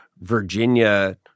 Virginia